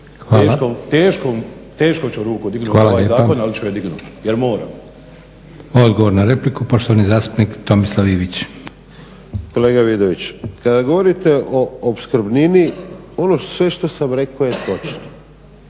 teško ću ruku dignuti za ovaj zakon ali ću je dignuti jer moram.